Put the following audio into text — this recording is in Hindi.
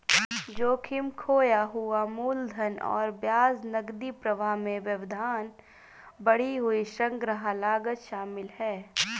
जोखिम, खोया हुआ मूलधन और ब्याज, नकदी प्रवाह में व्यवधान, बढ़ी हुई संग्रह लागत शामिल है